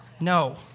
No